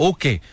Okay